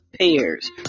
pairs